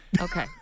Okay